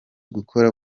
gukora